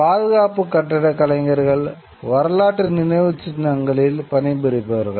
பாதுகாப்பு கட்டடக் கலைஞர்கள் வரலாற்று நினைவுச் சின்னங்களில் பணிபுரிபவர்கள்